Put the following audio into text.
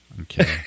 Okay